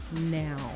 now